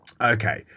okay